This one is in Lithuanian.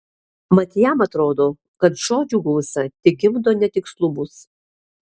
mat jam atrodo kad žodžių gausa tik gimdo netikslumus